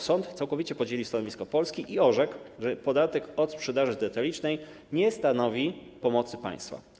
Sąd całkowicie podzielił stanowisko Polski i orzekł, że podatek od sprzedaży detalicznej nie stanowi pomocy państwa.